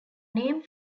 name